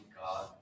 God